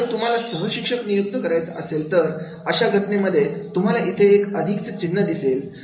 आता जर तुम्हाला सहशिक्षक नियुक्त करायचं असेल तर अशा घटनेमध्ये तुम्हाला इथे एक अधिक चिन्ह दिसेल